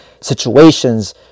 situations